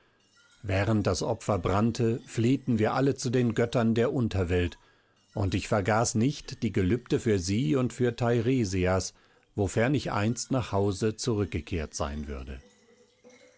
während das opfer brannte flehten wir alle zu den göttern der unterwelt und ich vergaß nicht die gelübde für sie und für teiresias wofern ich einst nach hause zurückgekehrt sein würde